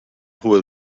hwyl